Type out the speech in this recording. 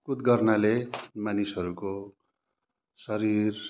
कुद गर्नाले मानिसहरूको शरीर